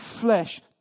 flesh